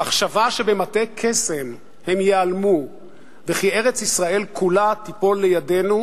המחשבה שבמטה קסם הם ייעלמו וכי ארץ-ישראל כולה תיפול לידינו,